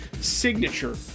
signature